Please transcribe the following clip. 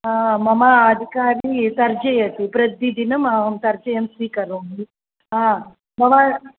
मम आधिकारी तर्जयति प्रतिदिनम् अहं तर्जनं स्वीकरोमि मम